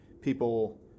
people